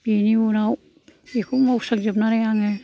बेनि उनाव बेखौ मावस्रांजोबनानै आङो